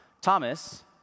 Thomas